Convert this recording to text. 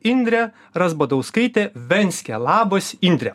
indrė razbadauskaitė venskė labas indrė